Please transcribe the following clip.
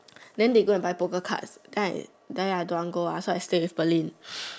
then they go and buy poker cards then I I don't want to go ah so I stay with Pearlyn